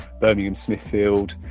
Birmingham-Smithfield